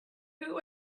who